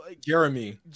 Jeremy